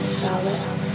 solace